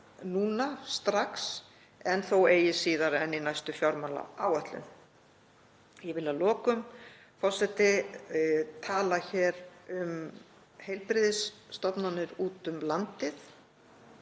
máli strax en þó eigi síðar en í næstu fjármálaáætlun. Ég vil að lokum, forseti, tala hér um heilbrigðisstofnanir úti um landið.